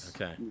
Okay